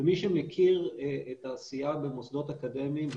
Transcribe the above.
מי שמכיר את העשייה במוסדות אקדמיים,